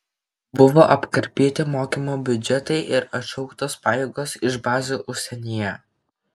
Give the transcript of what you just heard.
buvo apkarpyti mokymo biudžetai ir atšauktos pajėgos iš bazių užsienyje